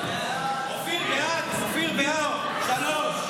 הרחבת האמצעים למאבק בארגוני פשיעה (תיקוני חקיקה),